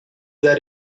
that